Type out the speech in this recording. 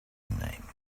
name